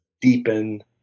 deepen